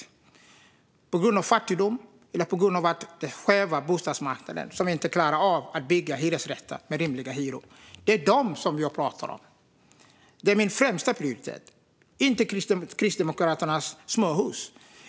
Det kan vara på grund av fattigdom eller på grund av den skeva bostadsmarknaden som inte klarar av att bygga hyresrätter med rimliga hyror. Det är dem jag pratar om. De är min främsta prioritet, inte Kristdemokraternas småhus.